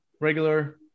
regular